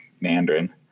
Mandarin